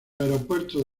aeropuertos